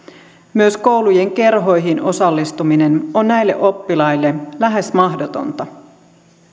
myös koulujen kerhoihin osallistuminen on näille oppilaille lähes mahdotonta